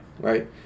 Right